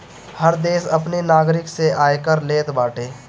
हर देस अपनी नागरिक से आयकर लेत बाटे